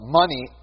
money